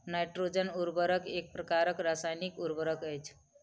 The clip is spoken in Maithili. नाइट्रोजन उर्वरक एक प्रकारक रासायनिक उर्वरक अछि